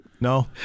No